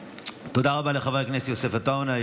תודה רבה לחבר הכנסת יוסף עטאונה.